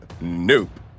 Nope